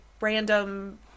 random